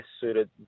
suited